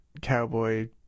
cowboy